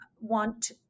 want